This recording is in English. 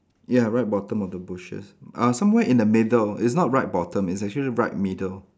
ya right bottom of the bushes uh somewhere in the middle it's not right bottom it's actually right middle